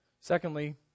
Secondly